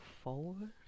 forward